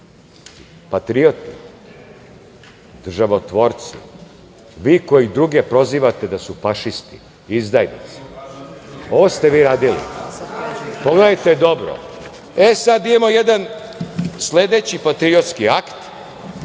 patriote, državotvorci, vi koji druge prozivate da su fašisti, izdajnici, to ste vi radili. Pogledajte dobro.E sad ima jedan sledeći patriotski akt,